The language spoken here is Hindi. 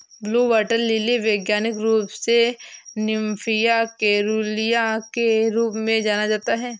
ब्लू वाटर लिली वैज्ञानिक रूप से निम्फिया केरूलिया के रूप में जाना जाता है